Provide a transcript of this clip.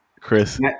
Chris